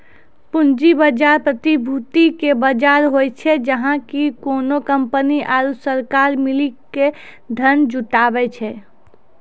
पूंजी बजार, प्रतिभूति के बजार होय छै, जहाँ की कोनो कंपनी आरु सरकार मिली के धन जुटाबै छै